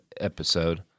episode